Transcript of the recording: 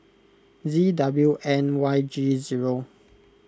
Z W N Y G zero